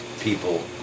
people